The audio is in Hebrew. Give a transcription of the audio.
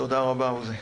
תודה רבה עוזי.